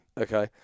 okay